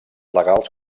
legals